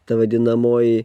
ta vadinamoji